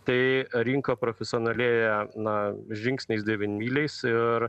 tai rinka profesionalėja na žingsniais devinmyliais ir